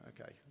okay